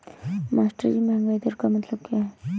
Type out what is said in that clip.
मास्टरजी महंगाई दर का मतलब क्या है?